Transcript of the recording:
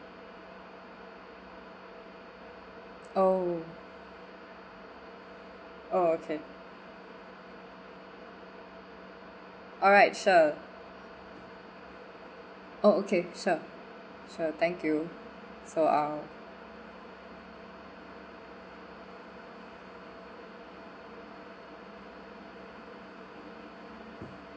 oh oh okay alright sure oh okay sure sure thank you so uh